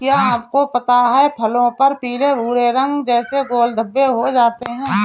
क्या आपको पता है फलों पर पीले भूरे रंग जैसे गोल धब्बे हो जाते हैं?